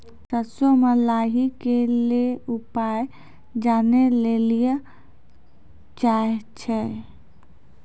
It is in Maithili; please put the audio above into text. सरसों मे लाही के ली उपाय जाने लैली चाहे छी?